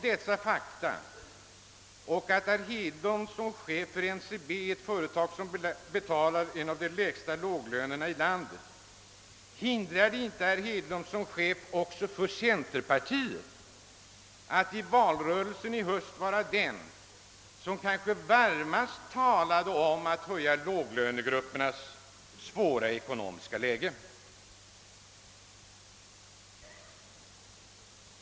Dessa fakta och det förhållandet att herr Hedlund är chef för NCB, ett företag som betalar löner som tillhör de lägsta låglönerna i landet, hindrade ändå inte herr Hedlund från att som ledare för centerpartiet i valrörelsen i höst vara den som kanske varmast talade för att förbättra låglönegruppernas svåra ekonomiska läge.